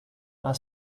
our